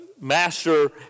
master